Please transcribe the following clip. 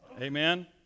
Amen